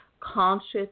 Conscious